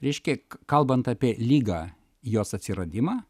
reiškia kalbant apie ligą jos atsiradimą